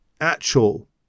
actual